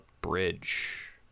bridge